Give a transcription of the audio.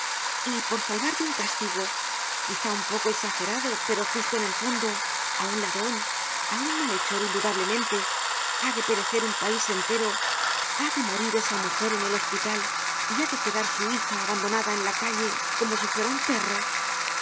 y por salvar de un castigo quizá un poco exagerado pero justo en el fondo á un ladron á un malhechor indudablemente ha de perecer un pais entero ha de morir esa mujer en el hospital y ha de quedar su hija abandonada en la calle como si fuera un perro